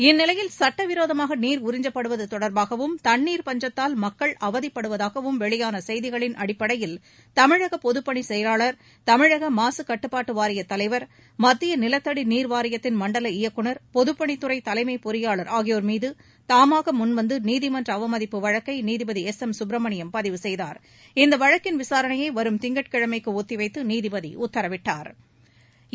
இந்நிலையில் சட்டவிரோதமாக நீர் உறிஞ்சப்படுவது தொடர்பாகவும் தண்ணீர் பஞ்சத்தால் மக்கள் அவதிப்படுவதாகவும் வெளியான செய்திகளின் அடிப்படையில் தமிழக பொதப்பணி செயலாளர் தமிழ்நாடு மாசு கட்டுப்பாட்டு வாரியத் தலைவா் மத்திய நிலத்தடி நீர் வாரியத்தின் மண்டல இயக்குநா் பொதுப்பணித்துறை தலைமை பொறியாளர் ஆகியோர் மீது தாமாக முன்வந்து நீதிமன்ற அவமதிப்பு வழக்கை நீதிபதி இந்த வழக்கின் விசாரணையை வரும் திங்கட்கிழமைக்கு ஒத்திவைத்து நீதிபதி உத்தரவிட்டாா்